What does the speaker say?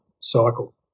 cycle